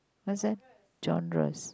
what's that genres